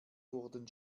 wurden